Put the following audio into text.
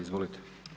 Izvolite.